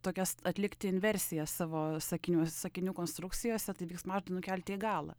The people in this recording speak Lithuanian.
tokias atlikti inversijas savo sakinių sakinių konstrukcijose tai veiksmažodį nukelti į galą